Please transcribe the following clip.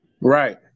right